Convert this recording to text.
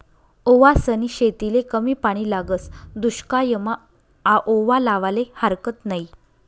ओवासनी शेतीले कमी पानी लागस, दुश्कायमा आओवा लावाले हारकत नयी